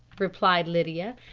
replied lydia,